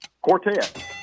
Quartet